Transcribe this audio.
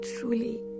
truly